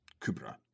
Kubra